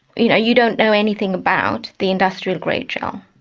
you know, you don't know anything about the industrial grade gel.